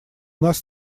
нас